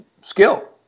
skill